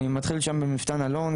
אני מתחיל שם במפתן אלון,